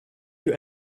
you